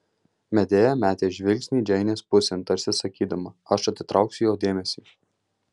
medėja metė žvilgsnį džeinės pusėn tarsi sakydama aš atitrauksiu jo dėmesį